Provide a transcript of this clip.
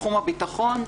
תחום הבטחון,